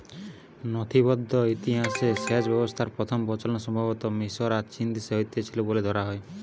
নথিবদ্ধ ইতিহাসে সেচ ব্যবস্থার প্রথম প্রচলন সম্ভবতঃ মিশর আর চীনদেশে হইছিল বলে ধরা হয়